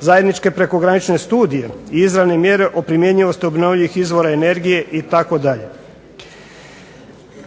zajedničke prekogranične studije, izravne mjere o primjenjivosti obnovljivih izvora energije itd.